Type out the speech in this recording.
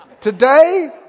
Today